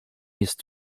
jest